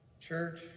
Church